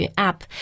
app